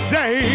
day